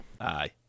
Aye